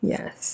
Yes